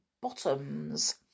bottoms